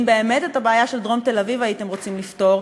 אם באמת את הבעיה של דרום תל-אביב הייתם רוצים לפתור,